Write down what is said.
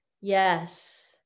Yes